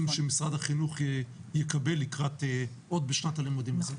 שמשרד החינוך יקבל עוד בשנת הלימודים הזו.